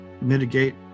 mitigate